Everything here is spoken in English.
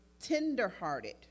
tenderhearted